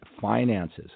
finances